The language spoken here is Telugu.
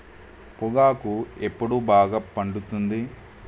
పొగాకు ఎప్పుడు బాగా పండుతుంది?